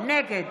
נגד